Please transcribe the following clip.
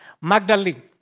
Magdalene